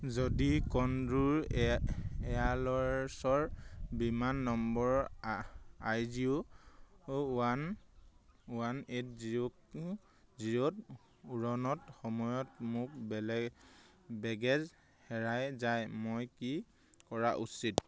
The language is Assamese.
যদি কণ্ডৰ এয়াৰলাইন্সৰ বিমান নম্বৰ I G O one one eight zero জিৰ'ত উৰণত সময়ত মোক বেলেগ বেগেজ হেৰাই যায় মই কি কৰা উচিত